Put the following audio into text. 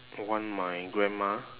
want my grandma